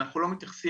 אנחנו לא מתייחסים